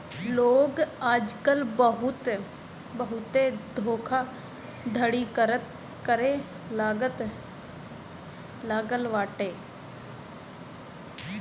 लोग आजकल बहुते धोखाधड़ी करे लागल बाटे